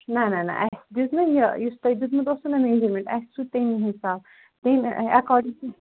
نہ نہ نہ اَسہِ دِژ مےٚ یہِ یُس تۄہہِ دِژمٕژ اوسوٕ نا میجَرمٮ۪نٛٹ اَسہِ سوٗ تمے حِساب تیٚمہِ اٮ۪کاڈِنٛگ ٹُو